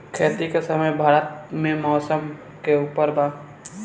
खेती के समय भारत मे मौसम के उपर बा